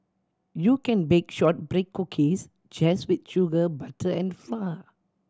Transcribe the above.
you can bake shortbread cookies just with sugar butter and flour